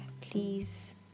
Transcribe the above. please